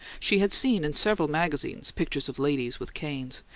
she had seen in several magazines pictures of ladies with canes,